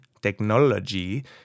technology